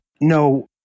No